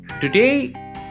Today